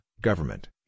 government